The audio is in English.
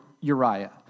Uriah